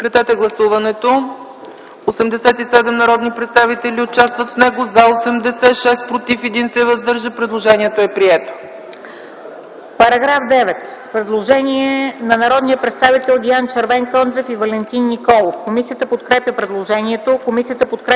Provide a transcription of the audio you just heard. По § 9 има предложение на народните представители Диан Червенкондев и Валентин Николов. Комисията подкрепя предложението.